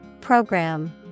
Program